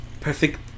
Perfect